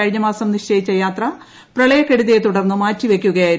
കഴിഞ്ഞ മാസം നിശ്ചയിച്ച യാത്ര പ്രളയക്കെടുതിയെ തുടർന്ന് മാറ്റിവയ്ക്കുകയായിരുന്നു